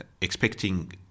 expecting